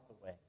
away